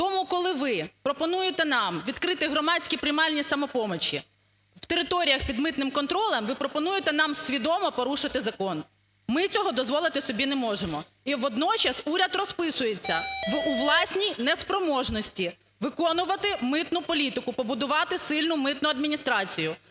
Тому, коли ви пропонуєте нам відкрити громадські приймальні "Самопомочі" в територіях під митним контролем, ви пропонуєте нам свідомо порушити закон. Ми цього дозволити собі не можемо. І водночас уряд розписується у власній неспроможності виконувати митну політику, побудувати сильну митну адміністрацію.